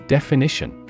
Definition